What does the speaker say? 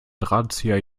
drahtzieher